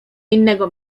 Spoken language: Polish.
innego